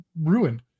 ruined